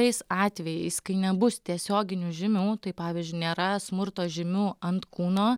tais atvejais kai nebus tiesioginių žymių tai pavyzdžiui nėra smurto žymių ant kūno